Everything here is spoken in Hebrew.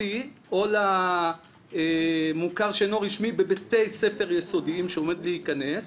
לממלכתי או למוכר שאינו רשמי בבתי ספר יסודיים שהוא עומד להיכנס,